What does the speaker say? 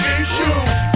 issues